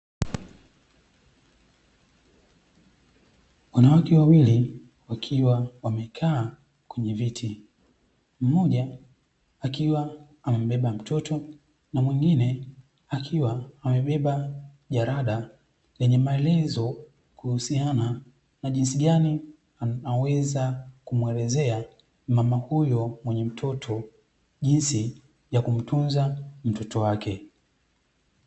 Wanawake wawili, wakiwa wamekaa kwenye viti mmoja, akiwa amembeba mtoto, na mwingine akiwa amebeba jarida lenye maelezo kuhusiana na jinsi gani anaweza kumuelezea mama huyo mwenye mtoto jinsi ya kumtunza mtoto wake.